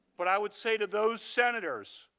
but i would say to those senators,